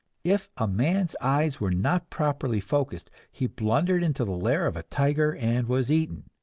if a man's eyes were not properly focused, he blundered into the lair of a tiger and was eaten.